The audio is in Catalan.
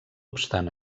obstant